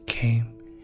came